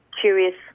curious